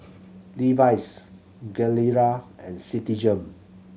Levi's Gilera and Citigem